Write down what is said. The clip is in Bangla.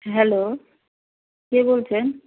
হ্যালো কে বলছেন